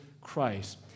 Christ